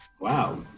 Wow